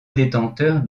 détenteur